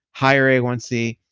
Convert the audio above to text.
higher a one c,